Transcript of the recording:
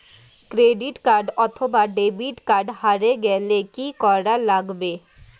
Credit card অথবা debit card হারে গেলে কি করা লাগবে?